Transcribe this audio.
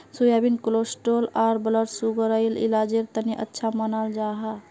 soybean cholesterol आर blood सुगरर इलाजेर तने अच्छा मानाल जाहा